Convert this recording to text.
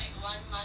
one